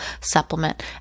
supplement